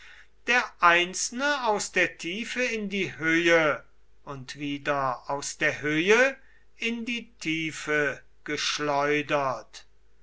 der einzelne aus der tiefe in die höhe und wieder aus der höhe in die tiefe geschleudert